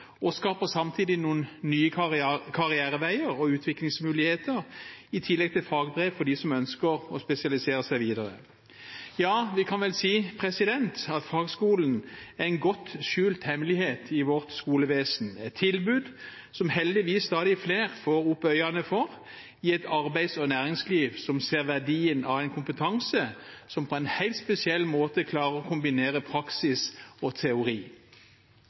og skaper samtidig noen nye karriereveier og utviklingsmuligheter i tillegg til fagbrev for dem som ønsker å spesialisere seg videre. Vi kan vel si at fagskolene er en godt skjult hemmelighet i vårt skolevesen, et tilbud som stadig flere heldigvis får øynene opp for, i et arbeids- og næringsliv som ser verdien av en kompetanse som på en helt spesiell måte klarer å kombinere praksis og teori.